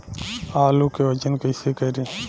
आलू के वजन कैसे करी?